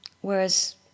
whereas